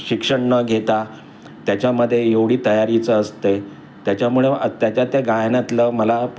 शिक्षण न घेता त्याच्यामध्ये एवढी तयारीचं असते त्याच्यामुळं त्याच्या त्या गायनातलं मला